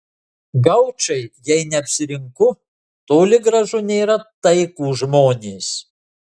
gaučai jei neapsirinku toli gražu nėra taikūs žmonės